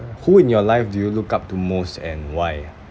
uh who in your life do you look up to most and why